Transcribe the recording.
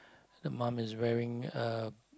the mum is wearing a